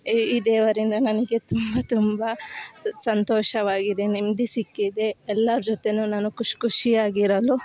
ಈ ದೇವರಿಂದ ನನಗೆ ತುಂಬ ತುಂಬ ಸಂತೋಷವಾಗಿದೆ ನೆಮ್ಮದಿ ಸಿಕ್ಕಿದೆ ಎಲ್ಲರ ಜೊತೆ ನಾನು ಖುಷ್ ಖುಷಿಯಾಗಿರಲು